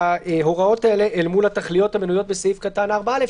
ההוראות האלה אל מול התכליות המנויות בסעיף קטן 4(א),